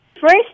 First